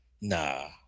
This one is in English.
Nah